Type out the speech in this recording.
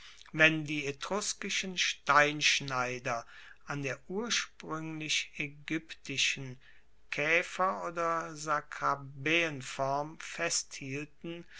wenn die etruskischen steinschneider an der urspruenglich aegyptischen kaefer oder skarabaeenform festhielten